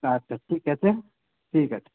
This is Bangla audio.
আচ্ছা ঠিক আছে ঠিক আছে